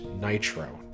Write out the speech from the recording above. Nitro